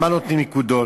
על מה נותנים נקודות?